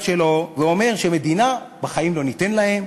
שלו ואומר שמדינה בחיים לא ניתן להם,